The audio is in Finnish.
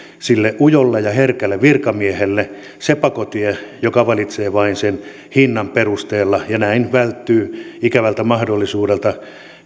sille ujolle ja herkälle virkamiehelle joka valitsee vain sen hinnan perusteella ja näin välttyy ikävältä mahdollisuudelta